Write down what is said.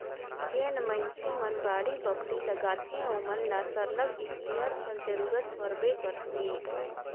जेन मइनसे मन बाड़ी बखरी लगाथें ओमन ल सरलग इस्पेयर कर जरूरत परबे करथे